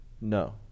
No